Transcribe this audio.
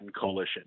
coalition